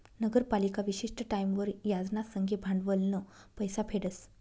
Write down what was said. नगरपालिका विशिष्ट टाईमवर याज ना संगे भांडवलनं पैसा फेडस